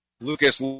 Lucas